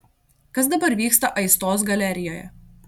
kas dabar vyksta aistos galerijoje